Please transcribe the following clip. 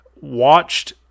watched